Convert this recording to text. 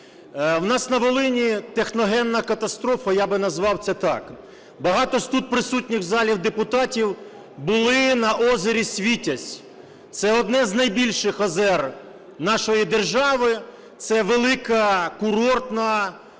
У нас на Волині техногенна катастрофа, я би назвав це так. Багато з тут присутніх в залі депутатів були на озері Світязь - це одне з найбільших озер нашої держави, це велика курортна